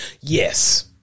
Yes